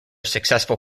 successful